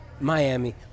Miami